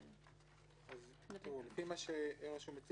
לפי מה שרשום אצלי